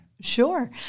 Sure